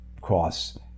costs